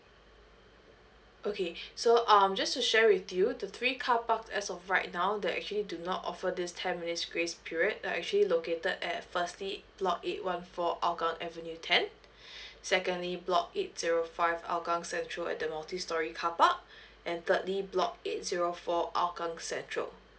okay so um just to share with you the three car park as of right now that actually do not offer this ten minutes grace period are actually located at firstly block eight one four hougang avenue ten secondly block eight zero five hougang central at the multi storey car park and thirdly block eight zero four hougang central